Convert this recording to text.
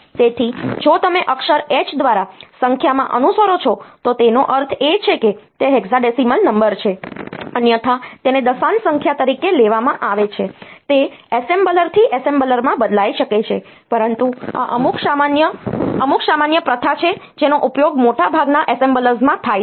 તેથી જો તમે અક્ષર H દ્વારા સંખ્યામાં અનુસરો છો તો તેનો અર્થ એ છે કે તે હેક્સાડેસિમલ નંબર છે અન્યથા તેને દશાંશ સંખ્યા તરીકે લેવામાં આવે છે તે એસેમ્બલર થી એસેમ્બલરમાં બદલાઈ શકે છે પરંતુ આ અમુક સામાન્ય પ્રથા છે જેનો ઉપયોગ મોટાભાગના એસેમ્બલર્સમાં થાય છે